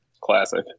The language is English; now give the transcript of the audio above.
classic